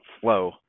flow